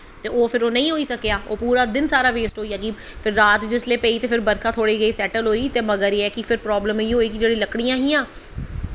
ते ओह् फिर नेईं होई सकेआ ओह् पूरा दिन सारा बेस्ट होइया फिर रात जिसलै पेई ते बरखा थोह्ड़ी जी सैट्टल होई ते मगर एह् ऐ कि प्राब्लम एह् ऐ कि जेह्ड़ियां लकड़ियां हां